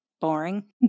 boring